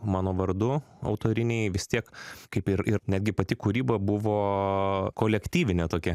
mano vardu autoriniai vis tiek kaip ir ir netgi pati kūryba buvo kolektyvinė tokia